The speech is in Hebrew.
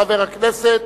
חבר הכנסת